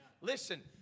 Listen